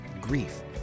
grief